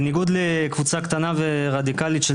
בניגוד לקבוצה קטנה ורדיקלית של